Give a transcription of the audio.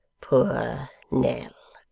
poor nell